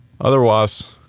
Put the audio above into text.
otherwise